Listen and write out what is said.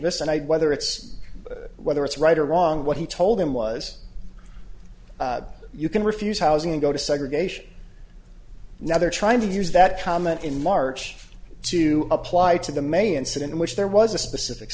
this and i whether it's whether it's right or wrong what he told him was you can refuse housing and go to segregation now they're trying to use that comment in march to apply to them a incident in which there was a specific